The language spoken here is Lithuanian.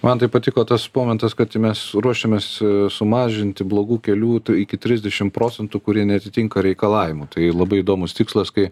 man tai patiko tas momentas kad mes ruošiamės sumažinti blogų kelių iki trisdešim procentų kurie neatitinka reikalavimų tai labai įdomus tikslas kai